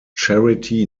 charity